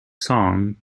song